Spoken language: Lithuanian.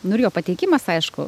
nu ir jo pateikimas aišku